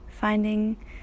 finding